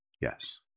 Yes